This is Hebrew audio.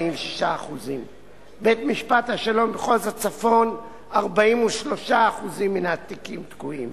46%; גם בבית-משפט השלום במחוז צפון 43% מן התיקים תקועים,